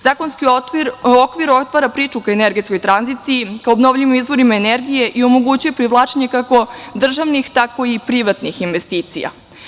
Zakonski okvir otvara priču ka energetskoj tranziciji, ka obnovljivim izvorima energije i omogućuje privlačenje kako državnih tako i privatnih investicija.